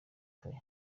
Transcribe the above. fire